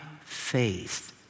faith